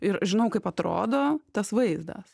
ir žinau kaip atrodo tas vaizdas